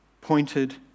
pointed